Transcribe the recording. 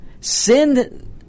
send